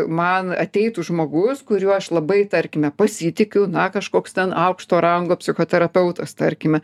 man ateitų žmogus kuriuo aš labai tarkime pasitikiu na kažkoks ten aukšto rango psichoterapeutas tarkime